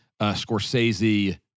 Scorsese